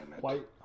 White